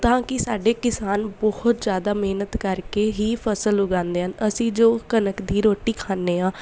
ਤਾਂ ਕਿ ਸਾਡੇ ਕਿਸਾਨ ਬਹੁਤ ਜ਼ਿਆਦਾ ਮਿਹਨਤ ਕਰਕੇ ਹੀ ਫਸਲ ਉਗਾਉਂਦੇ ਹਨ ਅਸੀਂ ਜੋ ਕਣਕ ਦੀ ਰੋਟੀ ਖਾਂਦੇ ਹਾਂ